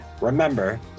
remember